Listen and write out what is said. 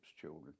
children